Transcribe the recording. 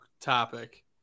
topic